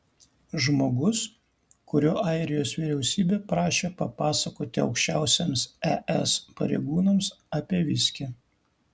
žmogus kurio airijos vyriausybė prašė papasakoti aukščiausiems es pareigūnams apie viskį